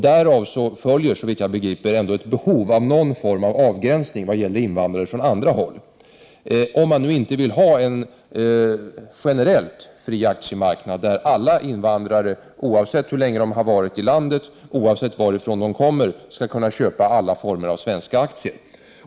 Därav följer ett behov av någon form av avgränsning när det gäller invandrare från andra håll, om man inte vill ha en generellt fri aktiemarknad där alla invandrare oavsett hur länge de har varit i landet och oavsett varifrån de kommer skall kunna köpa alla former av svenska aktier.